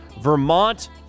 Vermont